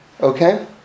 Okay